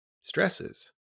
stresses